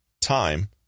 Time